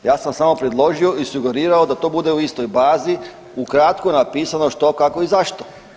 Ja sam samo predložio i sugerirao da to bude u istoj bazi ukratko napisano što, kako i zašto.